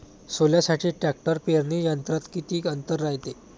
सोल्यासाठी ट्रॅक्टर पेरणी यंत्रात किती अंतर रायते?